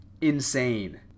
Insane